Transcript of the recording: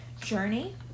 journey